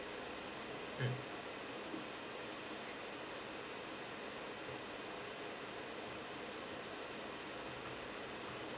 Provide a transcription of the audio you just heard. mm